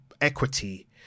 equity